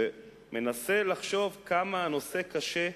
ומנסה לחשוב כמה הנושא קשה,